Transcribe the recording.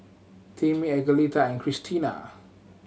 Timmy Angelita and Kristina